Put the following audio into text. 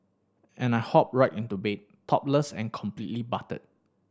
and I hop right into bed topless and completely buttered